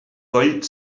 coll